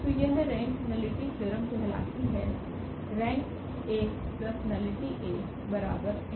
तो यहरेंक nullity theorem कहलाती हैरेंक नलिटी 𝐴 𝑛